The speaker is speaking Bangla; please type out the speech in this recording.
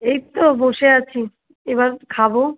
এই তো বসে আছি এবার খাবো